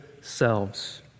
selves